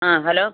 ആ ഹലോ